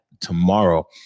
tomorrow